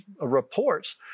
reports